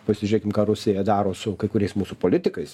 pasižiūrėkim ką rusija daro su kai kuriais mūsų politikais